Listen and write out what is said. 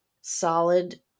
solid